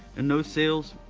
and no sales,